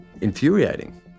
infuriating